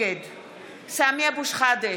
סמי אבו שחאדה,